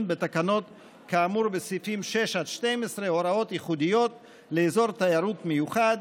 בתקנות כאמור בסעיפים 6 12 הוראות ייחודיות לאזור תיירות מיוחד,